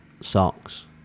socks